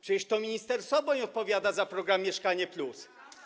Przecież to minister Soboń odpowiada za program „Mieszkanie+”